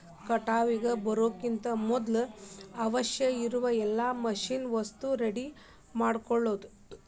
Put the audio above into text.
ಕಟಾವಿಗೆ ಬರುಕಿಂತ ಮದ್ಲ ಅವಶ್ಯಕ ಇರು ಎಲ್ಲಾ ಮಿಷನ್ ವಸ್ತು ರೆಡಿ ಮಾಡ್ಕೊಳುದ